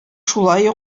шулай